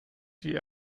die